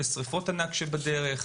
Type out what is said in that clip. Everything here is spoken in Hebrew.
שריפות ענק שבדרך,